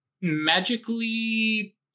magically